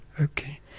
Okay